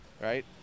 right